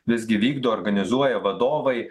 visgi vykdo organizuoja vadovai